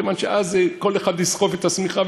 כיוון שאז כל אחד יסחב את השמיכה,